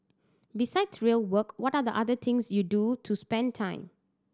besides real work what are the other things you do to spend time